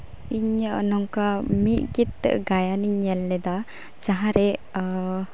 ᱤᱧᱟᱹᱜ ᱱᱚᱝᱠᱟ ᱢᱤᱫ ᱠᱤᱛᱟᱹ ᱜᱟᱭᱟᱱᱤᱧ ᱧᱮᱞ ᱞᱮᱫᱟ ᱡᱟᱦᱟᱸᱨᱮ